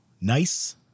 nice